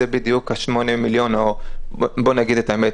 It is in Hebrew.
זה בדיוק ה-8 מיליון או בוא נגיד את האמת,